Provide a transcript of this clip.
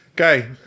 Okay